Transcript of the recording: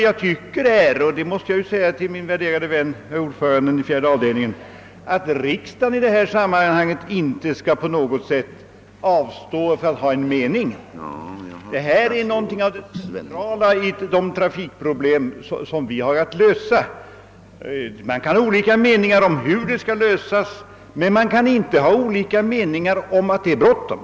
Jag tycker emellertid inte, och det vill jag framhålla för min värderade vän herr ordföranden i fjärde avdelningen, att riksdagen i detta sammanhang på något sätt skall avstå från att ha en mening. Detta hör till de centrala trafikproblem vi har att lösa. Man kan ha olika meningar om lösningen men man kan inte anse annat än att det är bråttom.